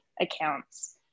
accounts